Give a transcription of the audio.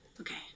Okay